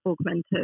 augmented